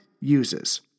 uses